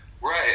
Right